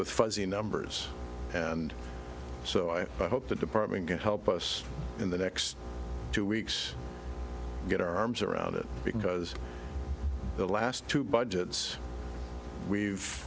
with fuzzy numbers and so i hope the department can help us in the next two weeks to get our arms around it because the last two budgets we've